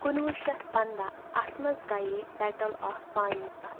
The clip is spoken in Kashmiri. کُنوہ شیٚتھ پَنٛداہ اتھ منٛز گیہِ بیٹل آف پانی پَت